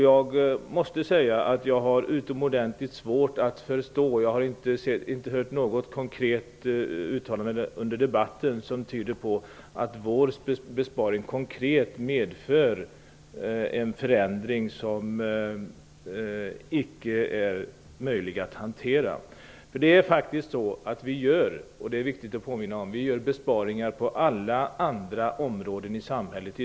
Jag måste säga att jag har utomordentligt svårt att förstå att vår besparing medför en förändring som inte är möjlig att hantera. Jag har inte hört något konkret uttalande under debatten som tyder på det. Det är viktigt att påminna om att vi i dag gör besparingar på alla andra områden i samhället.